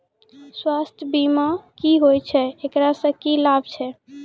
स्वास्थ्य बीमा की होय छै, एकरा से की लाभ छै?